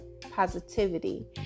positivity